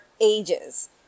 ages